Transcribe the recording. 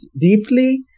deeply